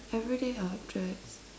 everyday object